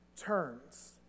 turns